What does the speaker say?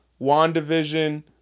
WandaVision